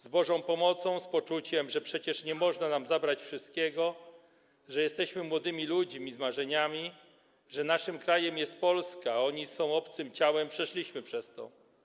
Z Bożą pomocą, z poczuciem, że przecież nie można nam zabrać wszystkiego, że jesteśmy młodymi ludźmi z marzeniami, że naszym krajem jest Polska, a oni są obcym ciałem, przeszliśmy przez to.